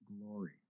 glory